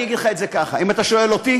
אני אגיד לך את זה ככה: אם אתה שואל אותי,